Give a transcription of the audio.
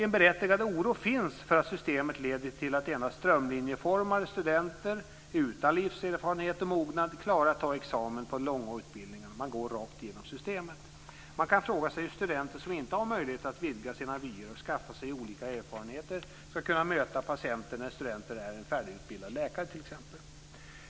En berättigad oro finns för att systemet leder till att endast strömlinjeformade studenter utan livserfarenhet och mognad klarar att ta examen på de långa utbildningarna. Man går rakt igenom systemet. Man kan fråga sig hur studenter som inte har möjlighet att vidga sina vyer och skaffa sig olika erfarenheter ska kunna möta patienter när sedan studenten t.ex. är färdigutbildad läkare?